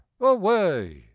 away